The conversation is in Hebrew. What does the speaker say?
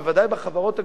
בוודאי בחברות הגדולות,